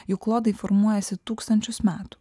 jų klodai formuojasi tūkstančius metų